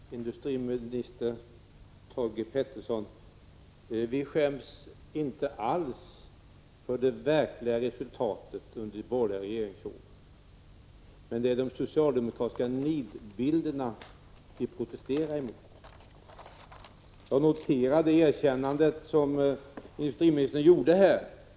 Fru talman! Nej, industriminister Thage Peterson, vi skäms inte alls för det verkliga resultatet under de borgerliga regeringsåren — det är de socialdemokratiska nidbilderna vi protesterar emot. Jag noterar det erkännande industriministern gav här.